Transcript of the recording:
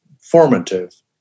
formative